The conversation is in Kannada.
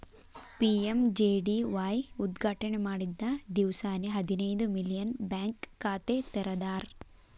ಪಿ.ಎಂ.ಜೆ.ಡಿ.ವಾಯ್ ಉದ್ಘಾಟನೆ ಮಾಡಿದ್ದ ದಿವ್ಸಾನೆ ಹದಿನೈದು ಮಿಲಿಯನ್ ಬ್ಯಾಂಕ್ ಖಾತೆ ತೆರದಾರ್